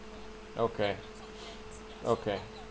okay okay